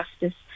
justice